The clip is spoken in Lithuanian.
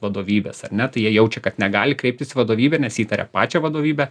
vadovybės ar ne tai jie jaučia kad negali kreiptis į vadovybę nes įtaria pačią vadovybę